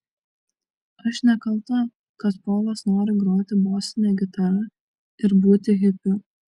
aš nekalta kad polas nori groti bosine gitara ir būti hipiu